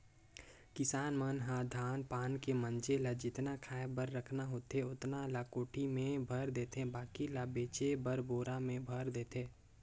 किसान मन ह धान पान के मिंजे ले जेतना खाय बर रखना होथे ओतना ल कोठी में भयर देथे बाकी ल बेचे बर बोरा में भयर देथे